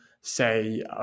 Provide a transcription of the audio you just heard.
say